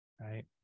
right